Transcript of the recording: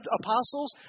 apostles